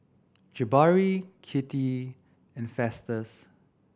Jabari Kitty and Festus